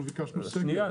אנחנו ביקשנו סקר.